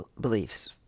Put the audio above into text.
beliefs